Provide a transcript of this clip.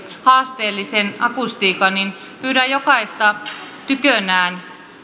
haasteellisen akustiikan pyydän jokaista tykönään